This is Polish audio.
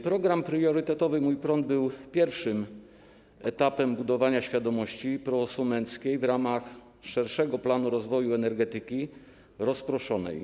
Program priorytetowy „Mój prąd” był pierwszym etapem budowania świadomości prosumenckiej w ramach szerszego planu rozwoju energetyki rozproszonej.